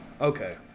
Okay